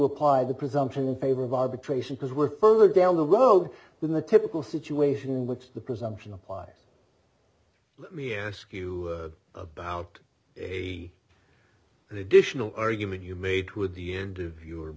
apply the presumption in favor of arbitration because we're further down the road than the typical situation in which the presumption applies let me ask you about a additional argument you made with the end of your